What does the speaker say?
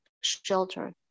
shelter